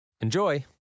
Enjoy